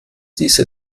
diese